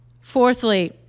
Fourthly